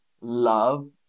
Love